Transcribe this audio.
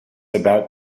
about